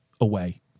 away